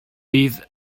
bydd